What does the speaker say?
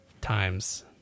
times